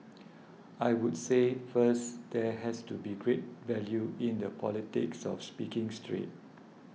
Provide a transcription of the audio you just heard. I would say first there has to be great value in the politics of speaking straight